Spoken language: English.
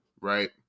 right